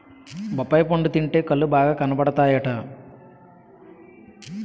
బొప్పాయి పండు తింటే కళ్ళు బాగా కనబడతాయట